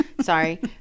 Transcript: sorry